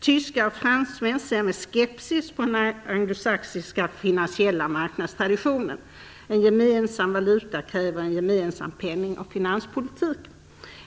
Tyskar och fransmän ser med skepsis på den anglosachsiska finansiella marknadstraditionen. En gemensam valuta kräver en gemensam penning och finanspolitik.